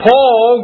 Paul